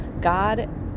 God